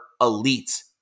elite